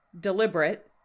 deliberate